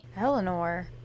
Eleanor